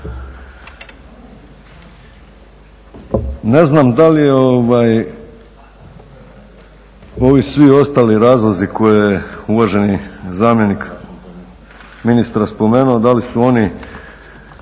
Ne znam da li ovi svi ostali razlozi koje je uvaženi zamjenik ministra spomenuo, da li su oni